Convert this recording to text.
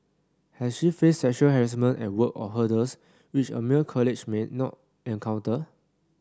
has she faced sexual harassment at work or hurdles which a male colleague might not encounter